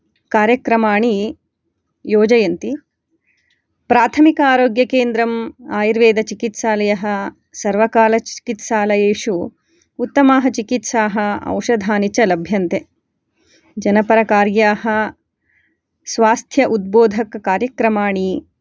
कार्यक्रमाणि योजयन्ति प्राथमिक आरोग्यकेन्द्रं आयुर्वेद चिकित्सालयः सर्वकालचिकित्सालयेषु उत्तमाः चिकित्साः औषधानि च लभ्यन्ते जनपरकार्याः स्वास्थ्य उद्बोधककार्यक्रमाणि